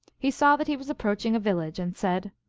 he saw that he was approaching a village, and said,